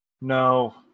No